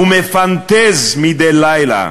ומפנטז מדי לילה,